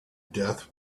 death